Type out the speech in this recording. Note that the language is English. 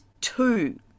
two